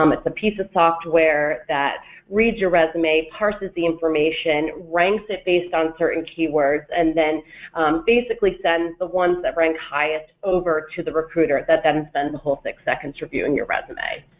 um it's a piece of software that reads your resume, parses the information, ranks it based on certain keywords, and then basically sends the ones that ranked highest over to the recruiter that then spends the whole six seconds reviewing your resume.